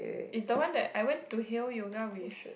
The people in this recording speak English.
is the one that I went to Hale yoga with